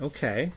Okay